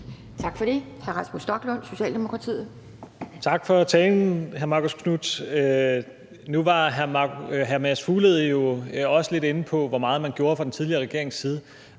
Tak for det. Hr. Rasmus Stoklund, Socialdemokratiet. Kl. 12:19 Rasmus Stoklund (S): Tak for talen, hr. Marcus Knuth. Nu var hr. Mads Fuglede også lidt inde på, hvor meget man gjorde fra den tidligere regerings side,